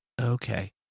Okay